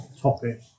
topic